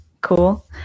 cool